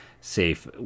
safe